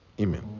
Amen